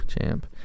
Champ